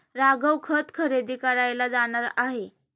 राघव खत खरेदी करायला जाणार आहे